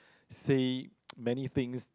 say many things